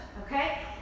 Okay